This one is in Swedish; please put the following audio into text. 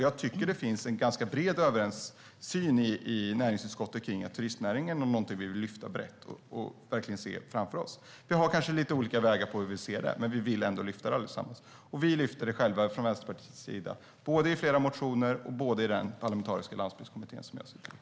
Jag tycker att det finns en ganska bred samsyn i näringsutskottet när det gäller att turistnäringen är något vi vill lyfta. Vi tänker oss kanske lite olika vägar att göra detta, men vi vill allesammans lyfta den. Vi i Vänsterpartiet tar upp den i flera motioner och i den parlamentariska landsbygdskommittén, som jag sitter i.